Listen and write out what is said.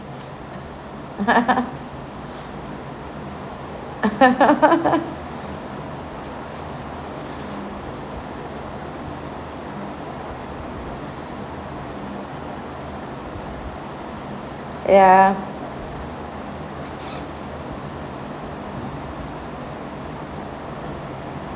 ya